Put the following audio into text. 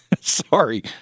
Sorry